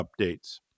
updates